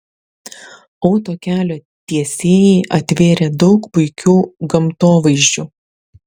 autokelio tiesėjai atvėrė daug puikių gamtovaizdžių